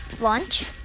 lunch